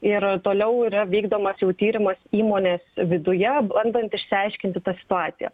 ir toliau yra vykdomas jau tyrimas įmonės viduje bandant išsiaiškinti tą situaciją